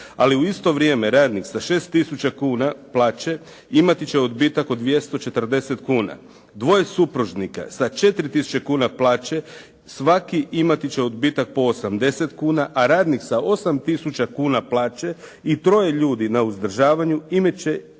ali u isto vrijeme radnik sa 6 000 kuna plaće imati će odbitak od 240 kuna. Dvoje supružnika sa 4 000 kuna plaće, svaki imati će odbitak po 80 kuna, a radnik sa 8 000 kuna plaće i troje ljudi na uzdržavanje imat